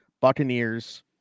Buccaneers